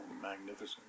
magnificent